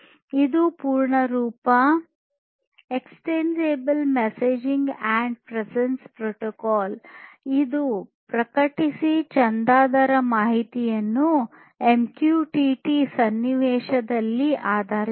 ಇದರ ಪೂರ್ಣ ರೂಪ ಎಕ್ಸ್ಟೆನ್ಸಿಬಲ್ ಮೆಸೇಜಿಂಗ್ ಮತ್ತು ಪ್ರೆಸೆನ್ಸ್ ಪ್ರೊಟೊಕಾಲ್ ಇದು ಪ್ರಕಟಿಸಿ ಚಂದಾದಾರ ಮಾದರಿಯನ್ನು ಎಂಕ್ಯೂಟಿಟಿ ಸನ್ನಿವೇಶದಲ್ಲಿ ಆಧರಿಸಿದೆ